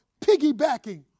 piggybacking